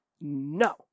No